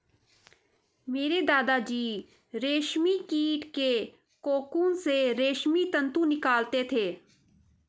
मेरे दादा जी रेशमी कीट के कोकून से रेशमी तंतु निकालते थे